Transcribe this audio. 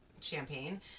champagne